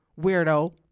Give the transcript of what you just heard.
weirdo